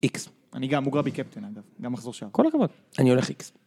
איקס. אני גם מוגרבי קפטן אגב, גם מחזור שעה. כל הכבוד, אני הולך איקס.